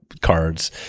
cards